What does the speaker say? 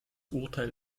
urteil